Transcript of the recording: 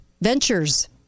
Ventures